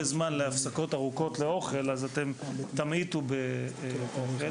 זמן להפסקות ארוכות לאוכל וכך תמעיטו באוכל.